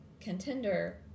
Contender